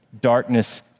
Darkness